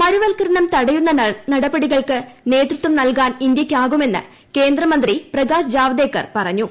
മരുവൽക്കരണം തടയുന്ന നടപടികൾക്ക് നേതൃത്വം നൽകാൻ ഇന്ത്യയ്ക്കാകുമെന്ന് കേന്ദ്രമന്ത്രി പ്രകാശ് ജാവ്ദേക്കർ പറഞ്ഞു